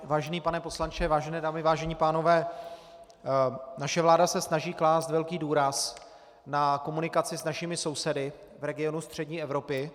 Vážený pane poslanče, vážené dámy, vážení pánové, naše vláda se snaží klást velký důraz na komunikaci s našimi sousedy v regionu střední Evropy.